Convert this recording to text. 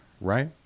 right